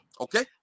Okay